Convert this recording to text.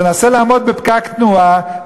תנסה לעמוד בפקק תנועה,